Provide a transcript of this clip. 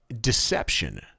deception